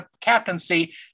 captaincy